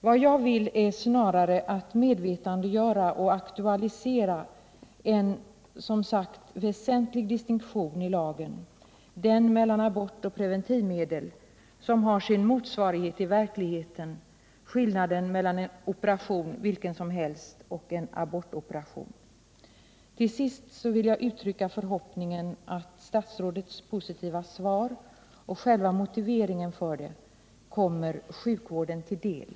Vad jag vill är snarare att medvetandegöra och aktualisera en, som sagt, väsentlig distinktion i lagen, den mellan abort och preventivmedel, som har sin motsvarighet i verklig: heten: skillnaden mellan en operation vilken som helst och en abortoperation. Till sist vill jag uttrycka förhoppningen att statsrådets positiva svar och själva motiveringen för det kommer sjukvården till del.